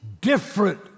different